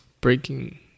breaking